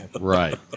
Right